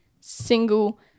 single